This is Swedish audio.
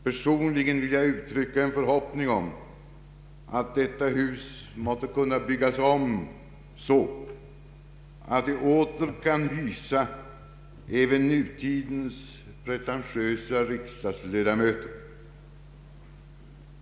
Personligen vill jag uttrycka en förhoppning om att detta hus måtte kunna byggas om så att det åter kan hysa även nutidens Ppretentiösa riksdagsledamöter.